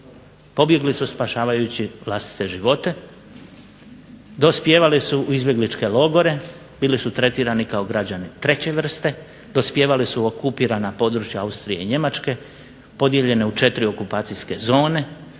Pobjegli su spašavajući vlastite živote, dospijevali su u izbjegličke logore, bili su tretirani kao građani treće vrste, dospijevali su u okupirana područja Austrije i Njemačke podijeljene u četiri okupacijske zone.